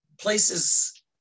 places